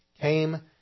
came